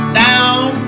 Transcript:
down